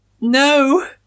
No